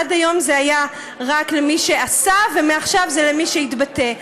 עד היום זה היה רק למי שעשה ומעכשיו זה למי שיתבטא.